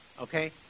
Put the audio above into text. Okay